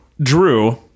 Drew